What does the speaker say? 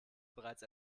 bereits